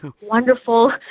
wonderful